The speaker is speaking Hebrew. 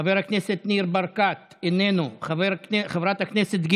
חבר הכנסת ניר ברקת,